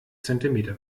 zentimeter